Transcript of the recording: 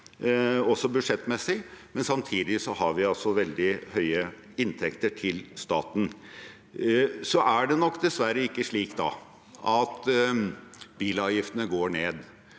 også budsjettmessig, men samtidig har vi altså veldig høye inntekter til staten. Så er det nok dessverre ikke slik at bilavgiftene går ned,